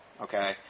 Okay